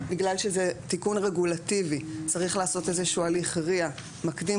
בגלל שזה תיקון רגולטיבי צריך לעשות איזה שהוא הליך RIA מקדים,